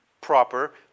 proper